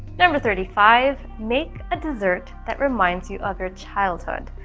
number thirty five make a dessert that reminds you of your childhood.